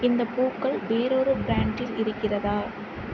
இந்த பூக்கள் வேறொரு பிராண்டில் இருக்கிறதா